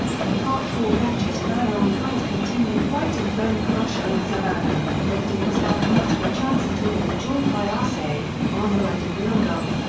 in part four ratchet and ironhide continued fighting bonecrusher in savannah, but didn't stand much of a chance until they were joined by arcee, armoride and longarm,